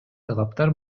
талаптар